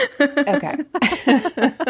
Okay